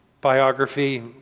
biography